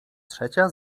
trzecia